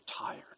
tired